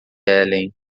helen